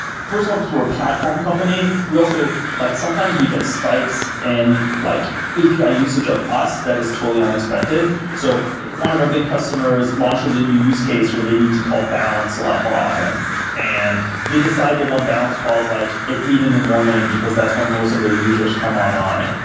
first of all, because we're a platform company, like sometimes we get spikes in like api usage of us that is totally unexpected. so one of our big customers launches a new use case where they need to call balance a lot more often and they decide they want balance calls like at eight in the morning because that's when most of their users come online.